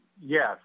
Yes